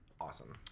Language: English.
awesome